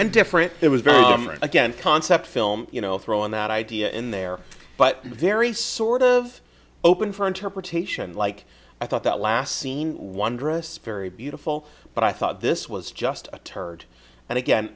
and different it was very again concept film you know throw in that idea in there but very sort of open for interpretation like i thought that last scene wondrous very beautiful but i thought this was just a turd and again